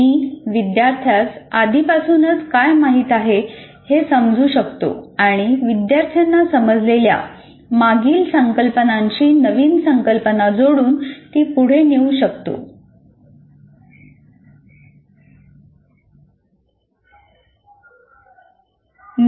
मी विद्यार्थ्यास आधीपासूनच काय माहित होते हे समजू शकतो आणि विद्यार्थ्यांना समजलेल्या मागील संकल्पनांशी नवीन संकल्पना जोडून ती पुढे नेऊ शकतो